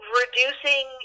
reducing